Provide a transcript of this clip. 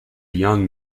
young